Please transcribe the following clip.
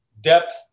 depth